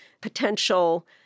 potential